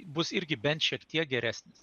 bus irgi bent šiek tiek geresnis